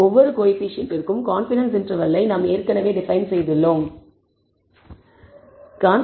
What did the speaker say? ஒவ்வொரு கோஎஃபீஷியேன்ட்டிற்கும் கான்பிடன்ஸ் இன்டர்வெல்லை நாம் ஏற்கனவே டிபைன் செய்துள்ளோம் என்பதைக் கவனியுங்கள்